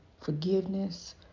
forgiveness